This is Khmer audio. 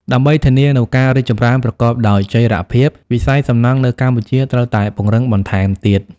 ដើម្បីធានានូវការរីកចម្រើនប្រកបដោយចីរភាព វិស័យសំណង់នៅកម្ពុជាត្រូវតែពង្រឹងបន្ថែមទៀត។